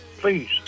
Please